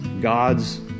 God's